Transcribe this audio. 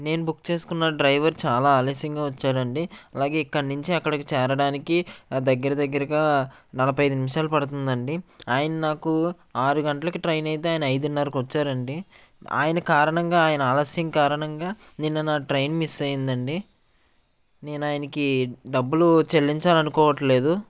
నేను బుక్ చేసుకున్న డ్రైవరు చాలా ఆలస్యంగా వచ్చాడండి అలాగే ఇక్కడ నుంచి అక్కడికి చేరడానికి దగ్గర దగ్గరగా నలభై ఐదు నిమిషాలు పడుతుందండి నాకు ఆరు గంటలకి ట్రైన్ అయితే ఆయన ఐదున్నరకి వచ్చారండి ఆయన కారణంగా ఆయన ఆలస్యం కారణంగా నిన్న నా ట్రైన్ మిస్ అయిందండి నేను ఆయనకి డబ్బులు చెల్లించాలి అనుకోవటం లేదు